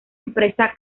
empresa